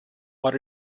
what